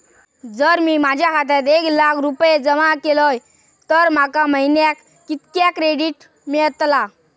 जर मी माझ्या खात्यात एक लाख रुपये जमा केलय तर माका महिन्याक कितक्या क्रेडिट मेलतला?